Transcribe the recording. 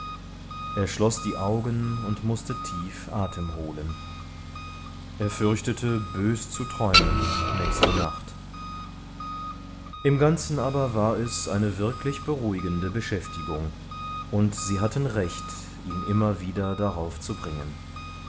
er schloß die augen und mußte tief atem holen er fürchtete bös zu träumen nächste nacht im ganzen aber war es wirklich eine beruhigende beschäftigung und sie hatten recht ihn immer wieder darauf zu bringen